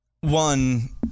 One